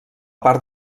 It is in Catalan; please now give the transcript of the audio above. part